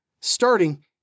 starting